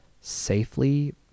safely